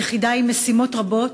יחידה עם משימות רבות,